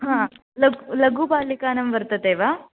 लघु बालिकानां वर्तते वा